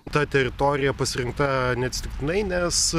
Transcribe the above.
ta teritorija pasirinkta neatsitiktinai nes